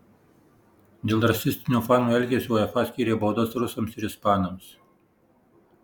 dėl rasistinio fanų elgesio uefa skyrė baudas rusams ir ispanams